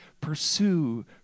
pursue